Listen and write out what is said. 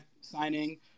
signing